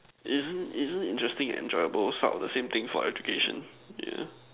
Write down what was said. isn't isn't interesting and enjoyable sort of the same thing for education yeah